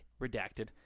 Redacted